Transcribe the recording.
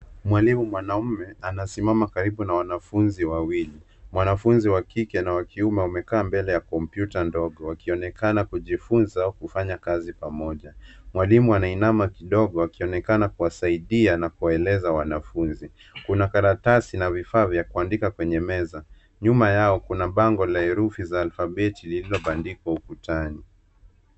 Mwalimu mwanaume anasimama karibu na wanafunzi wawili. Mwanafunzi wa kike na kiume wamekaa mbele ya kompyuta ndogo, wakionekana kujifunza kufanya kazi pamoja. Mwalimu anainama kidogo, akionekana kuwasaidia na kuwaeleza wanafunzi. Kuna karatasi na vifaa vya kuandika kwenye meza. Nyuma yao kuna bango la erufi za alfabeti lililotandikwa ukutani.